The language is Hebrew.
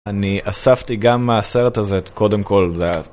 אני אספתי גם מהסרט הזה, קודם כל, זה היה...